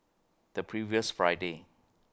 The previous Friday